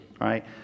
right